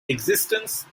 existence